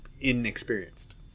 inexperienced